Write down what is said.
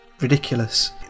ridiculous